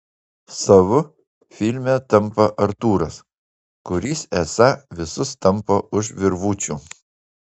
savu filme tampa artūras kuris esą visus tampo už virvučių